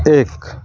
एक